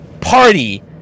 party